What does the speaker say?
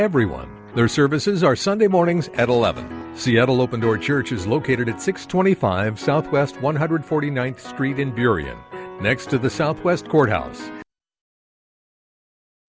everyone their services are sunday mornings at eleven seattle open door church is located at six twenty five south west one hundred forty ninth street in derian next to the southwest courthouse